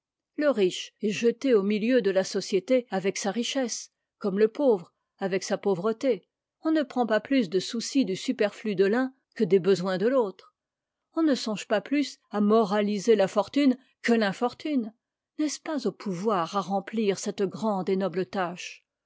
le riche est jeté au milieu de la société avec sa richesse comme le pauvre avec sa pauvreté on ne prend pas plus de souci du superflu de l'un que des besoins de l'autre on ne songe pas plus à moraliser la fortune que l'infortune n'est-ce pas au pouvoir à remplir cette grande et noble tâche